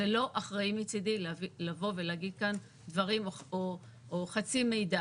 זה לא אחראי מצדי לבוא ולהגיד כאן חצי מידע.